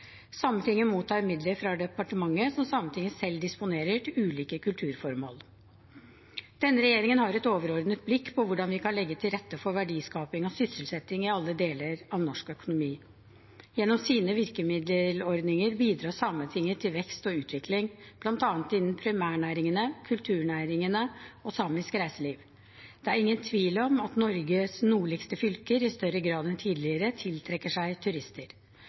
Sametinget mottar midler fra departementet som Sametinget selv disponerer til ulike kulturformål. Denne regjeringen har et overordnet blikk på hvordan vi kan legge til rette for verdiskaping og sysselsetting i alle deler av norsk økonomi. Gjennom sine virkemiddelordninger bidrar Sametinget til vekst og utvikling, bl.a. innen primærnæringene, kulturnæringene og samisk reiseliv. Det er ingen tvil om at Norges nordligste fylker i større grad enn tidligere tiltrekker seg turister.